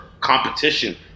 competition